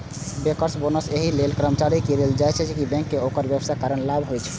bankers bonus एहि लेल कर्मचारी कें देल जाइ छै, कि बैंक कें ओकर व्यवहारक कारण लाभ होइ छै